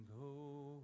go